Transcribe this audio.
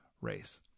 race